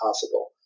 possible